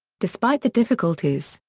despite the difficulties,